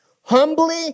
Humbly